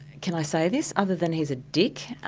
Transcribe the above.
can i say this? other than he is a dick?